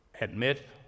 Admit